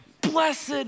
Blessed